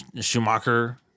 Schumacher